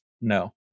No